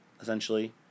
essentially